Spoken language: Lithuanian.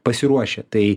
pasiruošę tai